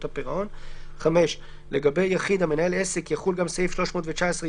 הפירעון; (5) לגבי יחיד המנהל עסק יחול גם סעיף 319יא(1),